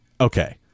okay